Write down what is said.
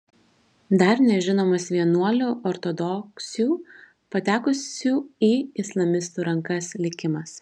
dar nežinomas vienuolių ortodoksių patekusių į islamistų rankas likimas